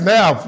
Now